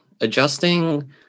adjusting